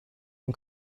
این